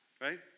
right